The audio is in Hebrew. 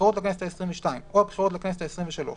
הבחירות לכנסת העשרים ושתיים או הבחירות לכנסת העשרים ושלוש